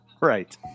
Right